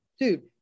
Dude